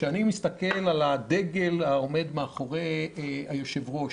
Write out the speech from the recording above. שאני מסתכל על הדגל העומד מאחורי היושב-ראש,